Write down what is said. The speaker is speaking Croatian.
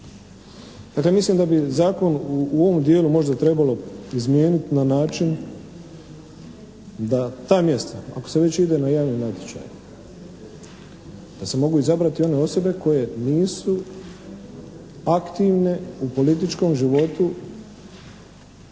Dakle, mislim da bi zakon u ovom dijelu možda trebalo izmijeniti na način da ta mjesta, ako se već ide na javni natječaj, da se mogu izabrati one osobe koji nisu aktivne u političkom životu